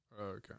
Okay